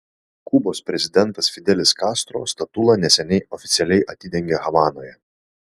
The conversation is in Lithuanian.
kubos prezidentas fidelis kastro statulą neseniai oficialiai atidengė havanoje